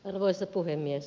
arvoisa puhemies